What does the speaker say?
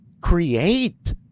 create